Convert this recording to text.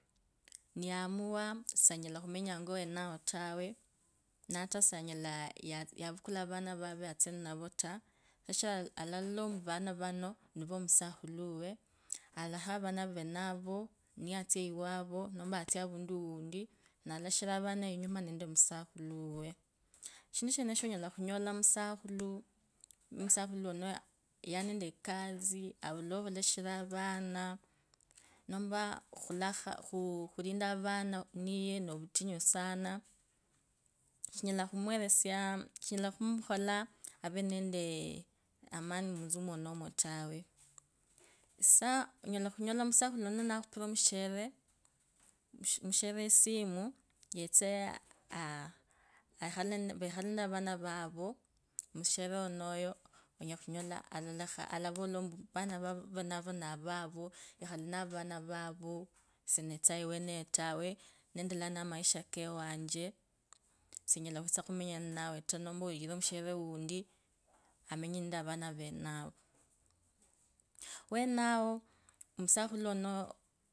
Niyamuwa sanyasakhumanga angowenao tawe nafaa sanyala yavukalo avana venavo atse ninao ta kisha alalola ori ovone venavonivaomusaukhula wiwe, alashe avanavenavo, niye atse wavo nomba atse avuntu unti, ndalashire avone inyima nende musakhulu uwe. Shindu shinesho, onyala khunyola amusakhulu unoyo unenede ekasi ovula wokhulashiria avanu, nomba ochukulanda avana khunye navutingu sana. shinadakhumurasia, shinya na khumukola khuvanende amani mutsu mwene tawe, so onyala omusakhulu wenoyo nakhupira omushere esimu yetse aah, yekhele navona vovusi omushere wenoyo alavolag mbu avana venavo no vavu, ikhalavana, venavo nendeleanga namaisha kanje, sinyela khumenya ninawe taa, nomba oyire omushere unti amenyenede avana venavo.